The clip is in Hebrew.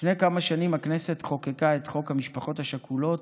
לפני כמה שנים הכנסת חוקקה את חוק המשפחות השכולות,